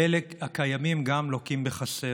וגם אלה הקיימים לוקים בחסר.